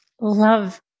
Love